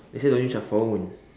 they say don't use your phone